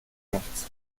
nichts